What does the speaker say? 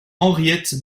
henriette